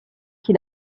qui